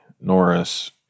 Norris